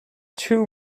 two